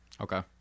Okay